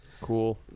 cool